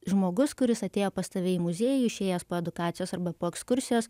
žmogus kuris atėjo pas tave į muziejų išėjęs po edukacijos arba po ekskursijos